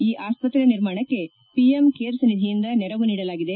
ಈ ಆಸ್ಪತ್ರೆ ನಿರ್ಮಾಣಕ್ಕೆ ಪಿಎಂ ಕೇರ್ತ್ ನಿಧಿಯಿಂದ ನೆರವು ನೀಡಲಾಗಿದೆ